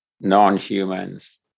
non-humans